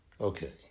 Okay